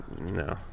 No